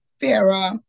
fairer